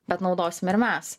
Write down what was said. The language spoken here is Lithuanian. bet naudosim ir mes